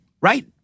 Right